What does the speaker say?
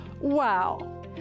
Wow